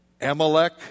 Amalek